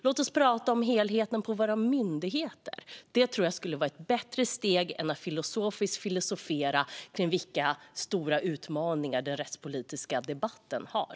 Låt oss tala om helheten på våra myndigheter! Det tror jag skulle vara ett bättre steg än att filosofera kring vilka stora utmaningar den rättspolitiska debatten har.